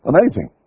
Amazing